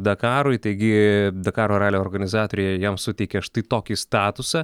dakarui taigi dakaro ralio organizatoriai jam suteikė štai tokį statusą